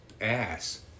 ass